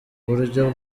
uburyo